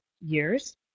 years